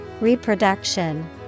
Reproduction